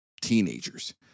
teenagers